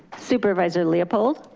supervisor leopold?